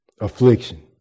Affliction